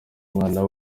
umwana